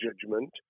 judgment